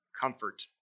comfort